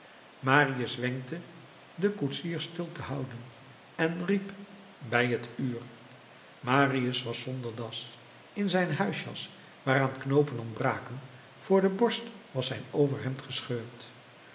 marius wenkte den koetsier stil te houden en riep bij t uur marius was zonder das in zijn huisjas waaraan knoopen ontbraken voor de borst was zijn overhemd gescheurd